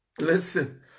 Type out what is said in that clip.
Listen